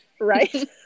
Right